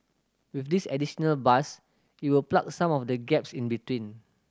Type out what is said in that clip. with this additional bus it will plug some of the gaps in between